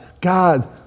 God